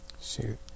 Shoot